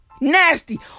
Nasty